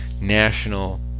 national